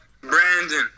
Brandon